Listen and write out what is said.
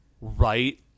right